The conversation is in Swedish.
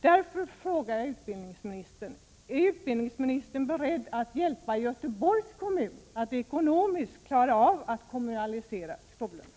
Därför frågar jag utbildningsministern: Är utbildningsministern beredd att hjälpa Göteborgs kommun att ekonomiskt klara av att kommunalisera skolorna?